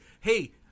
hey